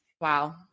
wow